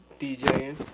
DJing